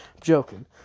Joking